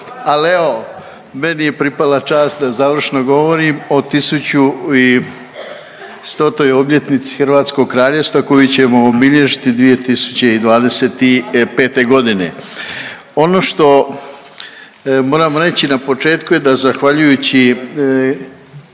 Ali evo meni je pripala čast da završno govorim o 1100. obljetnici Hrvatskog kraljevstva koju ćemo obilježiti 2025. godine. Ono što moram reći na početku je da zahvaljujući